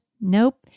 nope